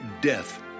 death